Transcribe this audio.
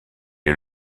est